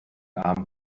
arm